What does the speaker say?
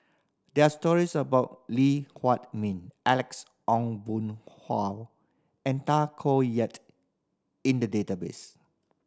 there are stories about Lee Huei Min Alex Ong Boon Hau and Tay Koh Yat in the database